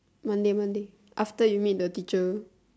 monday monday after you meet the teacher